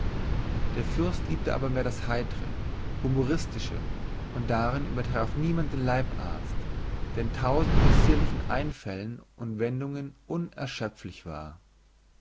der fürst liebte aber mehr das heitre humoristische und darin übertraf niemand den leibarzt der in tausend possierlichen einfällen und wendungen unerschöpflich war